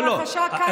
שהתרחשה כאן לאור יום,